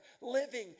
living